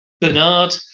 Bernard